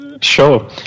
Sure